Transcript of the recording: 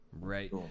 right